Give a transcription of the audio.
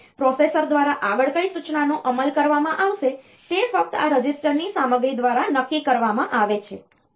જેમ કે પ્રોસેસર દ્વારા આગળ કઈ સૂચનાનો અમલ કરવામાં આવશે તે ફક્ત આ રજિસ્ટરની સામગ્રી દ્વારા નક્કી કરવામાં આવે છે